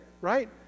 right